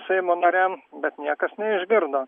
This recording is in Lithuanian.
seimo nariam bet niekas neišgirdo